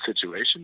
situation